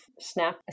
snap